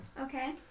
Okay